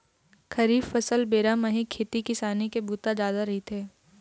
खरीफ फसल बेरा म ही खेती किसानी के बूता जादा रहिथे